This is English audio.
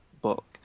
book